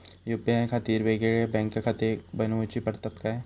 UPI खातीर येगयेगळे बँकखाते बनऊची पडतात काय?